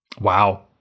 Wow